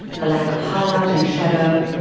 the lack of highlight and shadow,